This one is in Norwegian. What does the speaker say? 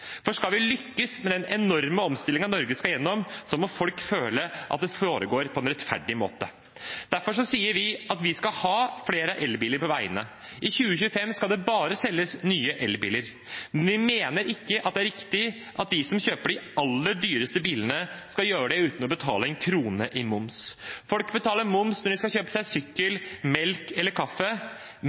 For skal vi lykkes med den enorme omstillingen Norge skal igjennom, må folk føle at det foregår på en rettferdig måte. Derfor sier vi at vi skal ha flere elbiler på veiene. I 2025 skal det bare selges nye elbiler. Vi mener det ikke er riktig at de som kjøper de aller dyreste bilene, skal gjøre det uten å betale en krone i moms. Folk betaler moms når de skal kjøpe seg sykkel, melk eller kaffe,